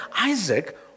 Isaac